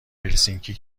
هلسینکی